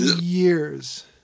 years